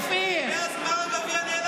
מאז גמר הגביע נעלמת.